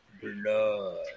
Blood